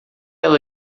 ela